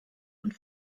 und